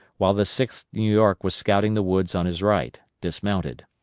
while the sixth new york was scouting the woods on his right, dismounted.